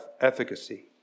efficacy